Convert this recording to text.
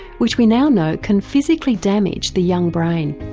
which we now know can physically damage the young brain.